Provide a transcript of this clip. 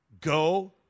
go